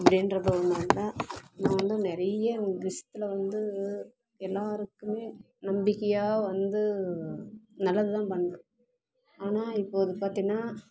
அப்படின்றதுனால நா வந்து நிறைய விஷயத்துல வந்து எல்லாருக்குமே நம்பிக்கையா வந்து நல்லதுதான் பண்ணுறேன் ஆனால் இப்போது அது பார்த்தின்னா